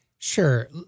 Sure